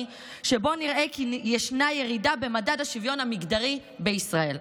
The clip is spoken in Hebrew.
שבו נראה כי ישנה ירידה במדד השוויון המגדרי בישראל.